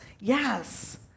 yes